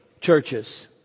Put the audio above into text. churches